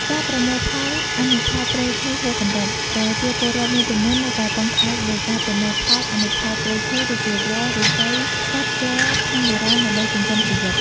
ការប្រមូលផលអនុផលព្រៃឈើហួសកម្រិត ប្រជាពលរដ្ឋមួយចំនួននៅតែពឹងផ្អែកលើការប្រមូលផលអនុផលព្រៃឈើ ដូចជា វល្លិ ឫស្សី ផ្សិត ជ័រ ថ្នាំបុរាណ ដើម្បីចិញ្ចឹមជីវិត។